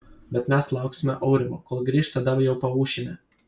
bet mes lauksime aurimo kol grįš tada jau paūšime